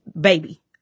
baby